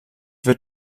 wird